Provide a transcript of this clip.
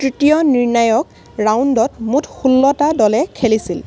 তৃতীয় নিৰ্ণায়ক ৰাউণ্ডত মুঠ ষোল্লটা দলে খেলিছিল